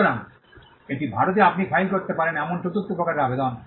সুতরাং এটি ভারতে আপনি ফাইল করতে পারেন এমন চতুর্থ প্রকারের আবেদন